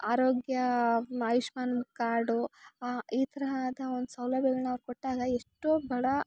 ಆರೋಗ್ಯ ಮಾಯುಷ್ಮಾನ್ ಕಾರ್ಡು ಈ ಥರದ ಒಂದು ಸೌಲಭ್ಯಗಳ್ನ ಅವ್ರು ಕೊಟ್ಟಾಗ ಎಷ್ಟೋ ಬಡ